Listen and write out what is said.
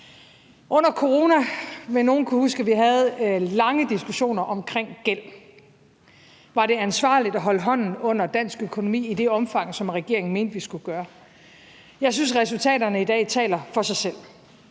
Under coronaen vil nogle kunne huske, at vi havde lange diskussioner om gæld. Var det ansvarligt at holde hånden under dansk økonomi i det omfang, som regeringen mente vi skulle gøre? Jeg synes, at resultaterne i dag taler for sig selv.